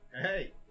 Hey